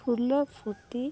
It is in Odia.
ଫୁଲ ଫୁଟି